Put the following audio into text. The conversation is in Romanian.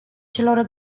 celor